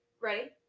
Ready